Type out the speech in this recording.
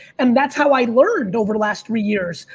and that's how i learned over the last three years.